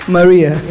Maria